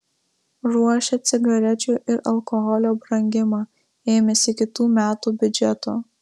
ruošia cigarečių ir alkoholio brangimą ėmėsi kitų metų biudžeto